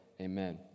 Amen